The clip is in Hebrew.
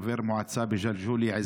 חבר מועצה בג'לג'וליה,